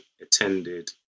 attended